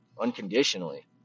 unconditionally